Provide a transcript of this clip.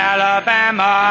Alabama